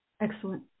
Excellent